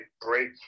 break